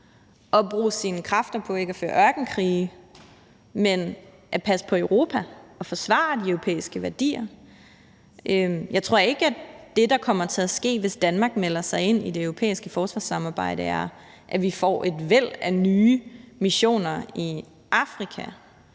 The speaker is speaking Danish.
og bruge sine kræfter på ikke at føre ørkenkrige, men passe på Europa og forsvare de europæiske værdier. Jeg tror ikke, at det, der kommer til at ske, hvis Danmark melder sig ind i det europæiske forsvarssamarbejde, er, at vi får et væld af nye missioner i Afrika.